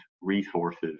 resources